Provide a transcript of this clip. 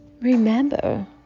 Remember